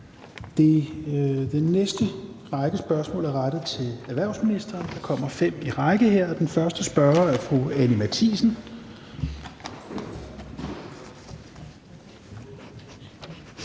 Den næste række spørgsmål er rettet til erhvervsministeren – der kommer fem på række her – og den første spørger er fru Anni Matthiesen.